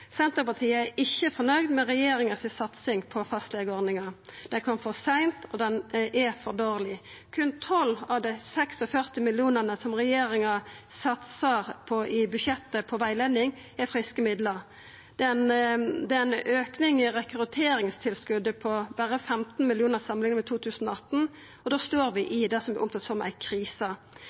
Senterpartiet er ikkje fornøgd med regjeringa si satsing på fastlegeordninga. Ho kom for seint, og ho er for dårleg. Berre 12 av dei 46 millionane som regjeringa satsar på rettleiing i budsjettet, er friske midlar. Det er ei auking i rekrutteringstilskotet på berre 15 mill. kr samanlikna med 2018, og da står vi i det som er omtalt som ei krise.